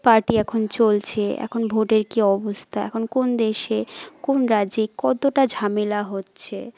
party এখন চলছে এখন ভোটের কি অবস্থা এখন কোন দেশে কোন রাজ্যে কতোটা ঝামেলা হচ্ছে